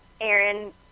Aaron